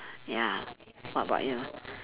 ya what about you